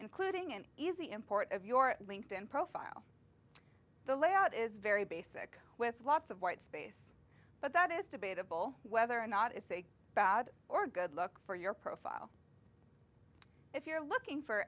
including an easy import of your linked in profile the layout is very basic with lots of white space but that is debatable whether or not it's a bad or good look for your profile if you're looking for